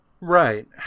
Right